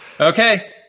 Okay